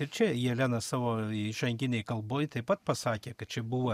ir čia jelena savo įžanginėj kalboj taip pat pasakė kad čia buvo